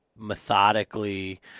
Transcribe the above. Methodically